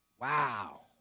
Wow